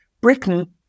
Britain